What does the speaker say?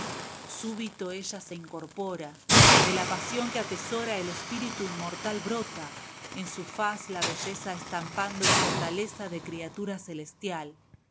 súbito ella se incorpora de la pasión que atesora el espíritu inmortal brota en su faz la belleza estampando fortaleza de criatura celestial